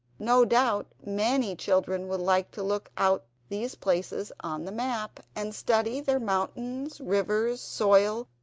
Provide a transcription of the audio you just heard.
no doubt many children will like to look out these places on the map, and study their mountains, rivers, soil,